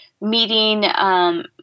meeting